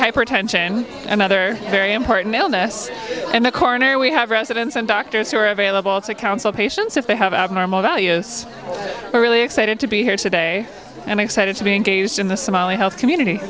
hypertension and other very important illness in the corner we have residents and doctors who are available to counsel patients if they have abnormal values we're really excited to be here today and excited to be engaged in the somali health community